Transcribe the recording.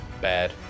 Bad